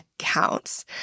counts